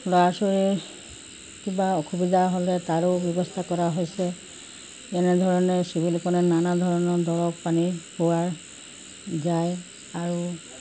ল'ৰা ছোৱালীৰ কিবা অসুবিধা হ'লে তাৰো ব্যৱস্থা কৰা হৈছে এনেধৰণে চিভিলখনে নানা ধৰণৰ দৰৱ পানী হোৱাৰ যায় আৰু